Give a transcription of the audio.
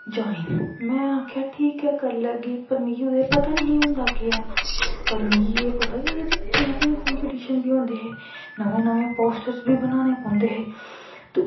join में आक्खेआ ठीक ऐ करी लैग्गी पता नेंई हा होंदा कि केह् ऐ पर मिगी पता हा कि ओह्दे च पेंटिंग कंपिटिशन बी होंदे हे नमें नमें पोस्टर बी बनानें पौंदे हे ते ओह्दे च